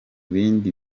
bindi